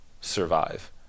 survive